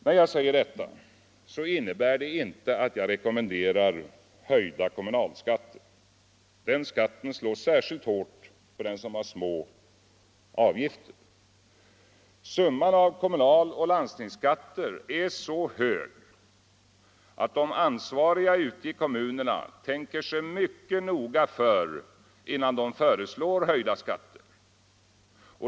När jag säger detta innebär det inte att jag rekommenderar höjda kommunalskatter. Den skatten slår särskilt hårt för den som har små inkomster. Summan av kommunal och landstingsskatter är så hög att de ansvariga ute i kommunerna tänker sig mycket noga för innan de föreslår höjda skatter.